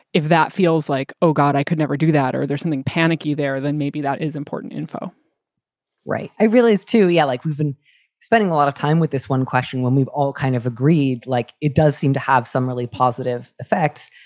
if that feels like, oh, god, i could never do that or there's something panicky there, then maybe that is important info right. i realize to you, yeah like, we've been spending a lot of time with this one question when we've all kind of agreed, like it does seem to have some really positive effects.